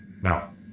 Now